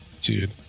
Dude